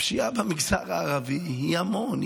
שהפשיעה במגזר הערבי היא המון,